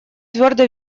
твердо